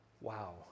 wow